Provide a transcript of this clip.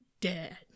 dead